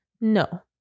No